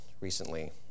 recently